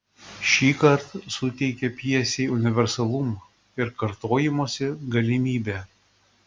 šįkart suteikia pjesei universalumo ir kartojimosi galimybę